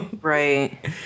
right